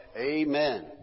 Amen